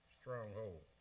stronghold